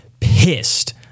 pissed